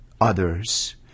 others